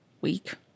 week